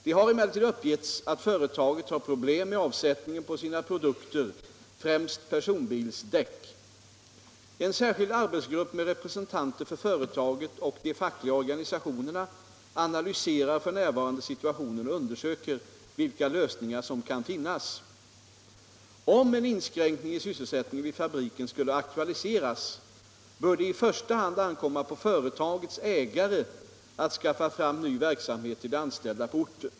Det har emellertid uppgetts att företaget har problem med avsättningen på sina produkter — främst personbilsdäck. En särskild arbetsgrupp med representanter för företaget och de fackliga organisationerna analyserar f.n. situationen och undersöker vilka lösningar som kan finnas. Om en inskränkning i sysselsättningen vid fabriken skulle aktualiseras bör det i första hand ankomma på företagets ägare att skaffa fram ny verksamhet till de anställda på orten.